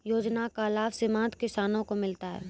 योजना का लाभ सीमांत किसानों को मिलता हैं?